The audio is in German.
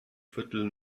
viertel